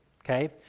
okay